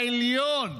העליון,